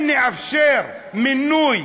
אם נאפשר מינוי